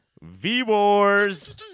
V-Wars